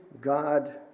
God